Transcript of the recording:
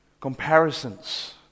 comparisons